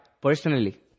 Personally